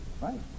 Right